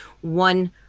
one